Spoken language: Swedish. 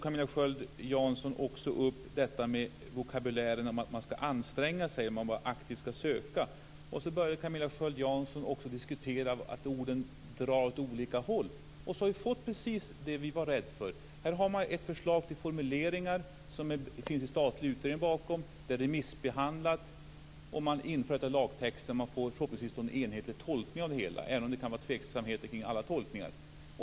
Camilla Sköld Jansson tog också upp detta med vokabulären, att man ska anstränga sig och att man aktivt ska söka. Så börjar Camilla Sköld Jansson också diskutera att orden drar åt olika håll. Vi har fått precis det vi var rädda för. Här har man ett förslag till formuleringar som det finns en statlig utredning bakom, den är remissbehandlad, och man har infört en lagtext där det åtminstone finns enighet om tolkningen av det hela även om det kan vara tveksamheter kring alla tolkningar.